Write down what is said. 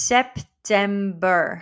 September